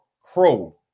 Crow